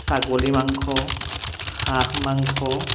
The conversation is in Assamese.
ছাগলি মাংস হাঁহ মাংস